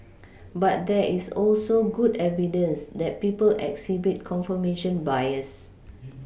but there is also good evidence that people exhibit confirmation bias